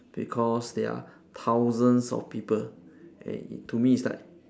because there are thousands of people and to me it's like